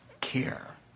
care